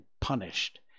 punished